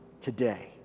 today